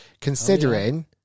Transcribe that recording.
considering